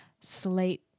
slate